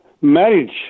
marriage